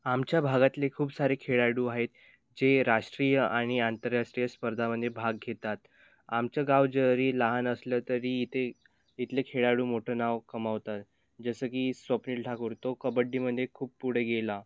आमच्या भागातले खूप सारे खेळाडू आहे राष्ट्रीय आणि आंतरराष्ट्रीय स्पर्धामध्ये भाग घेतात आमचं गाव जरी लहान असलं तरी इथे इथले खेळाडू मोठं नाव कमावतात जसं की स्वप्नील ठाकूर तो कबड्डीमध्ये खूप पुढे गेला